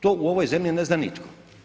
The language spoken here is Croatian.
To u ovoj zemlji ne zna nitko.